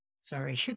Sorry